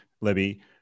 Libby